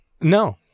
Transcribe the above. No